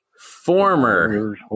Former